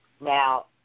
Now